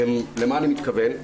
למה אני מתכוון?